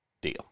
deal